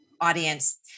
audience